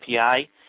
API